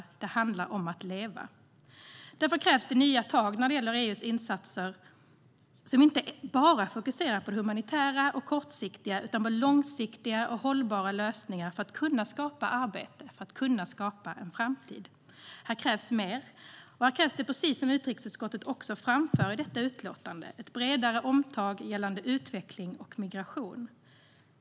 Det handlar om att leva. Därför krävs det nya tag när det gäller EU:s insatser som inte fokuserar enbart på det humanitära och kortsiktiga utan på långsiktiga och hållbara lösningar för att kunna skapa arbete och framtid. Här krävs mer. Här krävs, precis som utrikesutskottet framför i detta utlåtande, ett bredare omtag gällande utveckling och migration.